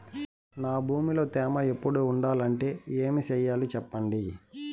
నా భూమిలో తేమ ఎప్పుడు ఉండాలంటే ఏమి సెయ్యాలి చెప్పండి?